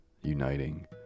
uniting